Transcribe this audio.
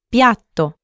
Piatto